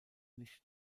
nicht